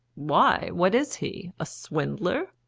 why, what is he? a swindler?